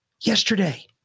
yesterday